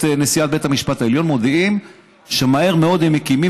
נשיאת בית המשפט העליון מודיעות שמהר מאוד הם מקימים